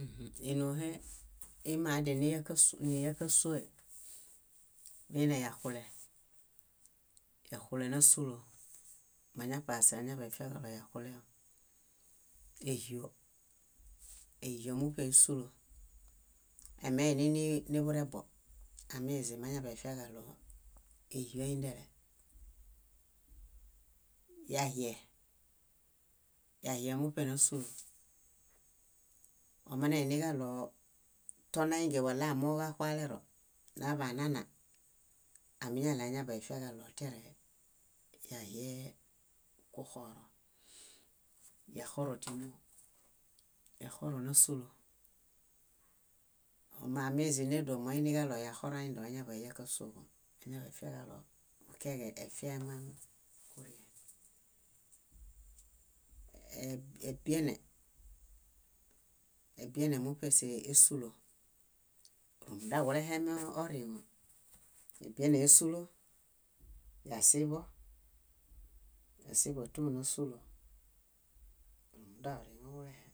. Ínoohe iimadianiya kás- kásuoe, miineyaxule, yaxule násulo, mañapase añaḃaifiaġaɭoyaxuleo. Éhio éhio muṗe ésulo, emeininii niburebo, amizim añaḃaifiaġaɭo éhio iindele. Yahie, yahie muṗe násulo. Omanainiġaɭo tonainge wala amooġo axualero naḃanana, amiñaɭeañaḃanifiaġaɭo tiareyahie kuxoro. Yaxoro tímoo, yaxoro násulo; ómamezinedoṗ moiniġaɭo yaxoroaindo añaḃaiya kásuoġo, añaḃaifiaġaɭo bukiaġeefiaeman kurie. Ebiene, ebiene muṗe síesulo. Rúmundaġulehemi oriŋo, ebiene ésulo, yasiḃo, yasiḃo túnasulo. Rúmundaoriŋoġulehe.